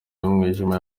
y’umwijima